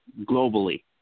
globally